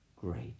great